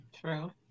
True